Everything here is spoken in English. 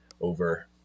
over